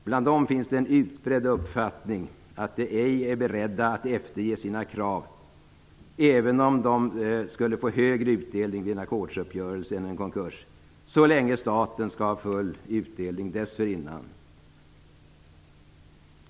Bland dem finns den utbredda uppfattningen att de ej är beredda att efterge sina krav, även om de skulle få högre utdelning vid en ackordsuppgörelse än vid en konkurs, så länge staten skall ha full utdelning dessförinnan.